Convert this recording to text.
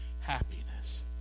happiness